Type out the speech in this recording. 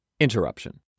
Interruption